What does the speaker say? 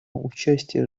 участия